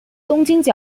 东京